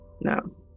No